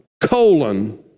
colon